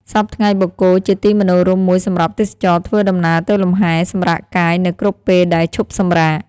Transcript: សព្វថ្ងៃបូកគោ ជាទីមនោរម្យមួយសម្រាប់ទេសចរណ៍ធ្វើ ដំណើរទៅលំហែ សម្រាកកាយ នៅគ្រប់ពេលដែលឈប់សម្រាក ។